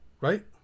Right